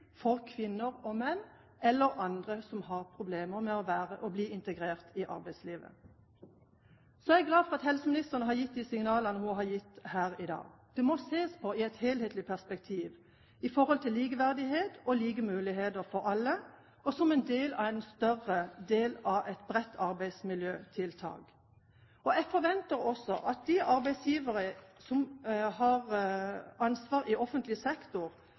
for kvinner og menn eller andre som har problemer med å arbeide og å være i arbeidslivet. Jeg er glad for at helseministeren har gitt disse signalene her i dag. Det må ses i et helhetlig perspektiv med tanke på likeverd og like muligheter for alle, og som en del av et bredt arbeidsmiljøtiltak. Jeg forventer også at de arbeidsgivere som har ansvar i offentlig sektor,